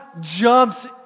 Jumps